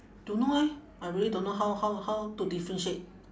don't know eh I really don't know how how how to differentiate